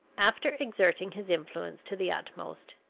after exerting his influence to the utmost,